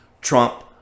Trump